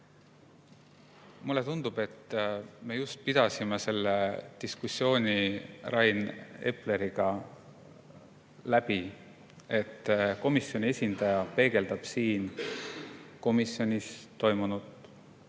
Mulle tundub, et me just pidasime selle diskussiooni Rain Epleriga ära: komisjoni esindaja peegeldab siin komisjonis toimunud